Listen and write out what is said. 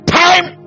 time